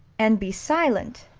and be silent.